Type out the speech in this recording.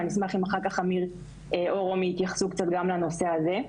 ואני אשמח אם אחר כך אמיר או רומי יתייחסו קצת גם לנושא הזה.